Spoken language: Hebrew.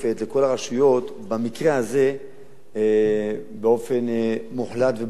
הרשויות במקרה הזה באופן מוחלט וברור,